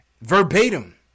Verbatim